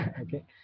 Okay